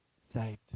saved